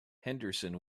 henderson